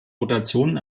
rotation